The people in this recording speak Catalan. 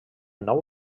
nou